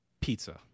pizza